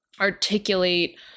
articulate